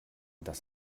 das